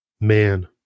Man